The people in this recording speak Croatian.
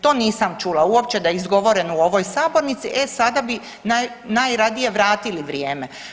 To nisam čula uopće da je izgovoreno u ovoj sabornici, e sada bi naj, najradije vratili vrijeme.